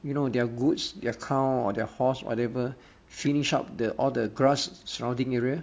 you know their goods their cow or their horse whatever finish up the all the grass surrounding area